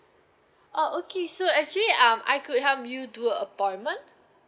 oh okay so actually um I could help you do appointment